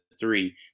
three